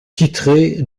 titré